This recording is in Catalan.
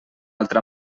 altra